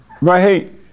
Right